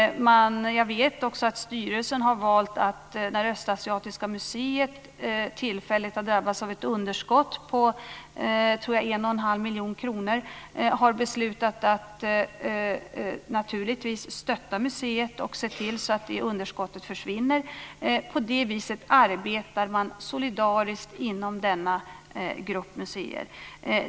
När Östasiatiska museet tillfälligt har drabbats av ett underskott på en och en halv miljon kronor vet jag att styrelsen har beslutat att stötta museet och se till att det underskottet försvinner. På det viset arbetar man solidariskt inom denna grupp museer.